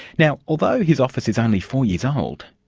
now although his office is only four years old,